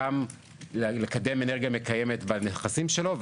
גם לקדם אנרגיה מקיימת בנכסים שלו,